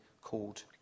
called